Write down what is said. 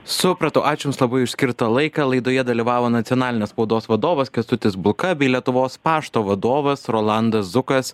supratau ačiū jums labai už skirtą laiką laidoje dalyvavo nacionalinės spaudos vadovas kęstutis buka bei lietuvos pašto vadovas rolandas zukas